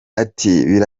ati